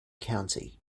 county